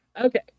Okay